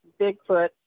Bigfoot